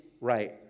right